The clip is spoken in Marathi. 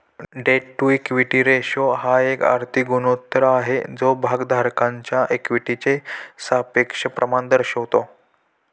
डेट टू इक्विटी रेशो हा एक आर्थिक गुणोत्तर आहे जो भागधारकांच्या इक्विटीचे सापेक्ष प्रमाण दर्शवतो